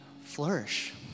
flourish